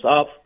up